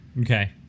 Okay